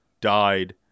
died